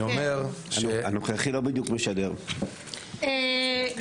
אני אומר ש --- הנוכחי לא בדיוק משדר, כללית.